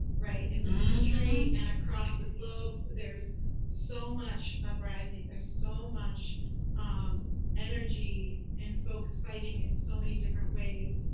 right in this country and across the globe. there's so much uprising, there's so much energy, and folks fighting in so many different ways.